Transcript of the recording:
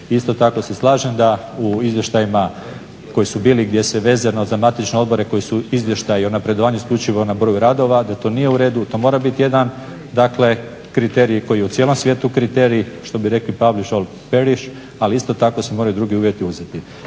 Isto tako se slažem da u izvještajima koji su bili i gdje se vezano za matične odbore koji su izvještaji o napredovanju isključivo na broju radova da to nije u redu, da to mora biti jedan dakle kriterij koji je u cijelom svijetu kriterij, što bi rekli publish or perrish, ali isto tako se moraju drugi uvjeti uzeti.